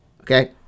Okay